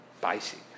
basic